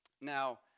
now